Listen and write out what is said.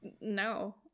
No